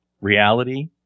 reality